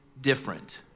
different